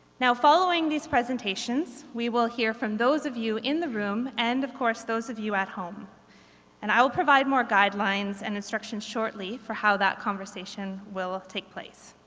now following these presentations we will hear from those of you in the room and of course those of you at home and i will provide more guidelines and instructions shortly for how that conversation will take place,